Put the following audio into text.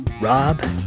Rob